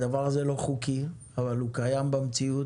הדבר הזה לא חוקי אבל הוא קיים במציאות,